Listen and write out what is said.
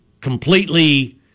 completely